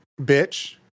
bitch